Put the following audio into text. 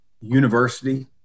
university